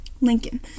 Lincoln